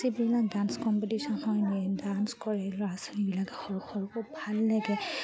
যিবিলাক dance competition হয় নিয়ে ডান্স কৰে ল'ৰা ছোৱালীবিলাক সৰু সৰু বৰ ভাল লাগে